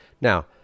Now